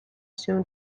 się